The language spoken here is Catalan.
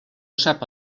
sap